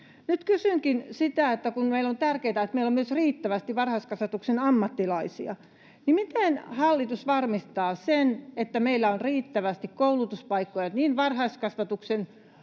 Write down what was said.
Nyt kysynkin sitä, että kun on tärkeätä, että meillä on myös riittävästi varhaiskasvatuksen ammattilaisia, niin miten hallitus varmistaa sen, että meillä on riittävästi koulutuspaikkoja niin varhaiskasvatuksen